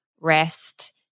rest